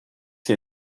sie